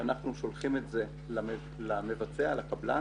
אנחנו שולחים כוונת עיצום לקבלן